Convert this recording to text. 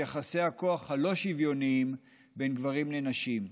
יחסי הכוח הלא-שוויוניים בין גברים לנשים,